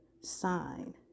sign